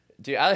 Dude